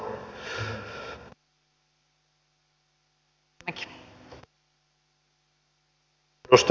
arvoisa puhemies